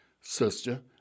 sister